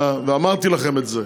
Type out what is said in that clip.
ואמרתי לכם את זה,